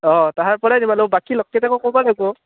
অঁ তাহাৰ পৰাই দিম আৰু বাকী লগ কেইটাকো ক'ব লাগিব